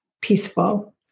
peaceful